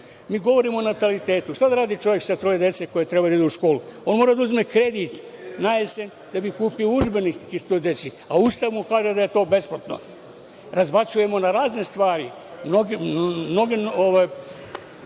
itd. Govorimo o natalitetu. Šta da radi čovek sa troje dece koja treba da idu u školu? On mora da uzme kredit na jesen da bi kupio udžbenike toj deci, a uštedeo bi pare da je to besplatno. Razbacujemo na razne stvari, na